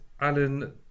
Alan